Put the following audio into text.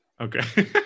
Okay